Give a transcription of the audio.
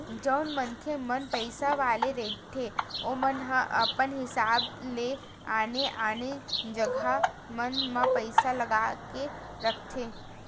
जउन मनखे मन पइसा वाले रहिथे ओमन ह अपन हिसाब ले आने आने जगा मन म पइसा लगा के रखथे